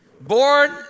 Born